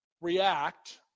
react